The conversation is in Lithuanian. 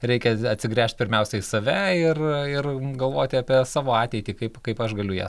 reikia atsigręžti pirmiausia į save ir ir galvoti apie savo ateitį kaip kaip aš galiu ją